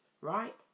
right